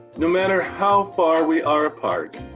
no matter how far we are apart,